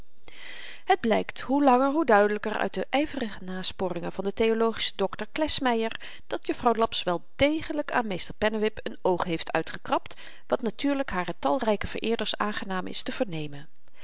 het blykt hoe langer hoe duidelyker uit de yverige nasporingen van den theologischen doctor klesmeyer dat juffrouw laps wel degelyk aan meester pennewip n oog heeft uitgekrabd wat natuurlyk hare talryke vereerders aangenaam is te vernemen